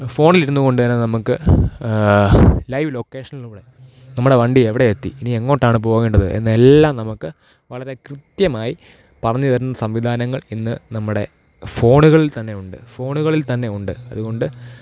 ഫോണിൽ ഇരുന്നു കൊണ്ട് തന്നെ നമുക്ക് ലൈവ് ലൊക്കേഷനിലൂടെ നമ്മുടെ വണ്ടി എവിടെ എത്തി ഇനി എങ്ങോട്ടാണ് പോകേണ്ടത് എന്ന് എല്ലാം നമുക്ക് വളരെ കൃത്യമായി പറഞ്ഞു തരുന്ന സംവിധാനങ്ങൾ ഇന്ന് നമ്മുടെ ഫോണുകളിൽ തന്നെ ഉണ്ട് ഫോണുകളിൽ തന്നെ ഉണ്ട് അതുകൊണ്ട്